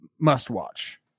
must-watch